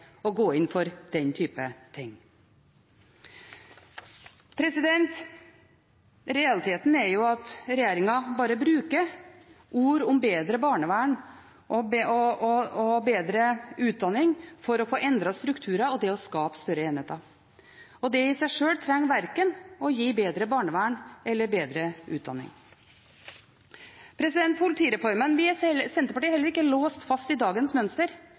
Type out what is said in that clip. å gå inn for den type ting. Realiteten er at regjeringen bare bruker ord om bedre barnevern og bedre utdanning for å få endret strukturer og skape større enheter. Det i seg sjøl trenger verken å gi bedre barnevern eller bedre utdanning. Politireformen vil heller ikke Senterpartiet låse fast i dagens mønster.